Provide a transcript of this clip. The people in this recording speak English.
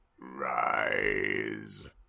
Rise